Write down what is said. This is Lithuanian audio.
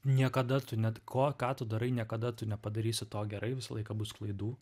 niekada tu net ko ką tu darai niekada nepadarysi to gerai visą laiką bus klaidų